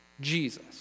Jesus